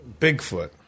Bigfoot